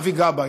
אבי גבאי.